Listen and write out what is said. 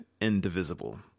indivisible